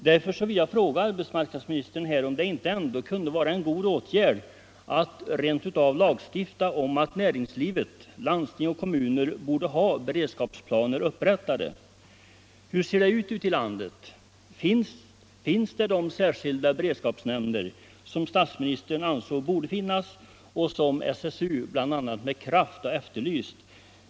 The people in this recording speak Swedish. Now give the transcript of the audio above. Därför vill jag här fråga arbetsmarknadsministern om det inte kunde vara en god åtgärd att rent av lagstifta om att näringsliv, landsting och kommuner borde ha beredskapsplaner upprättade. Hur ser det ut ute i landet? Finns de särskilda beredskapsnämnder som statsministern ansåg borde finnas och som bl.a. SSU med kraft har efterlyst?